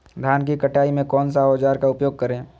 धान की कटाई में कौन सा औजार का उपयोग करे?